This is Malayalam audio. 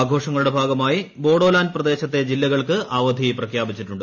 ആഘോഷങ്ങളുടെ ഭാഗമായി ബോഡോലാന്റ് പ്രദേശത്തെ ജില്ലകൾക്ക് അവധി പ്രഖ്യാപിച്ചിട്ടുണ്ട്